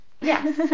Yes